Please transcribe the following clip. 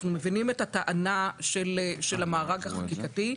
אנחנו מבינים את הטענה של המארג החקיקתי,